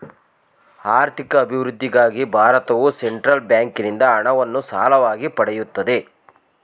ಆರ್ಥಿಕ ಅಭಿವೃದ್ಧಿಗಾಗಿ ಭಾರತವು ಸೆಂಟ್ರಲ್ ಬ್ಯಾಂಕಿಂದ ಹಣವನ್ನು ಸಾಲವಾಗಿ ಪಡೆಯುತ್ತದೆ